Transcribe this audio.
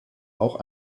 auch